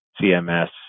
CMS